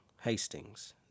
Hastings